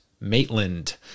Maitland